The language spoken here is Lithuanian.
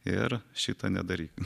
ir šito nedaryk